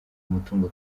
umutungo